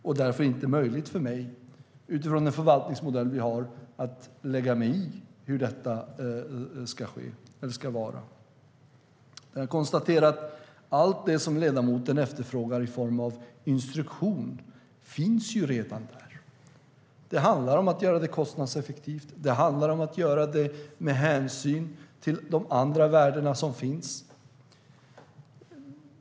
Därför är det inte möjligt för mig - utifrån den förvaltningsmodell som vi har - att lägga mig i hur detta ska gå till. Jag konstaterar att allt det som ledamoten efterfrågar i form av instruktion ju finns redan. Det handlar om att göra det hela kostnadseffektivt med hänsyn till andra värden som finns.